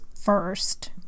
first